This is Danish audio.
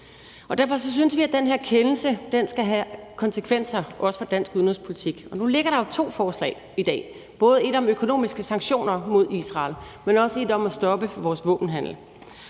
Derfor synes vi, at den her kendelse skal have konsekvenser, også for dansk udenrigspolitik. Nu ligger der jo to forslag i dag, både et om økonomiske sanktioner mod Israel, men også et om at stoppe for vores våbenhandel,